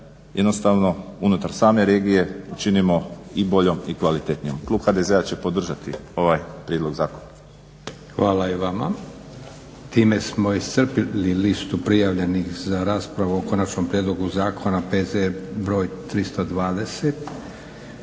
jednostavno unutar same regije činimo i boljom i kvalitetnijom. Klub HDZ-a će podržati ovaj prijedlog zakona. **Leko, Josip (SDP)** Hvala i vama. Time smo iscrpili listu prijavljenih za raspravu o konačnom prijedlogu zakona P.Z. br. 320.